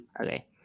okay